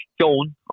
shown